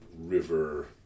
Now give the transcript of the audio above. river